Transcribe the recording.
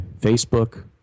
Facebook